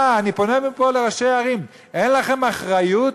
אני פונה מפה לראשי הערים: אין לכם אחריות